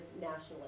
nationalist